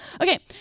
Okay